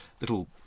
little